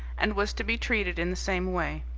and was to be treated in the same way.